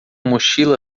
mochila